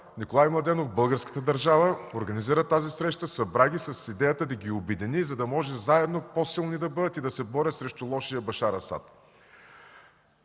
Николай Младенов, българската държава организира тази среща, събра ги с идеята да ги обедини, за да може заедно да бъдат по-силни и да се борят срещу лошия Башар Асад.